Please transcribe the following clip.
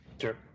Sure